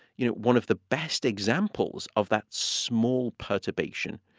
you know, one of the best examples of that small perturbation